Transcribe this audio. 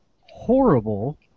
horrible